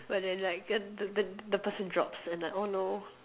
but then like the person drops and like oh no